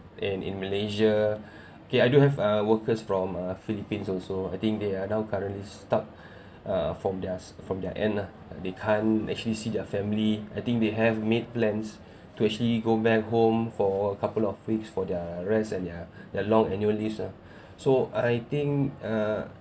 and in malaysia okay I do have uh workers from uh philippines also I think they are now currently stuck uh from theirs from their end ah and they can't actually see their family I think they have made plans to actually go back home for a couple of weeks for their rest and ya their long annual leaves ah so I think err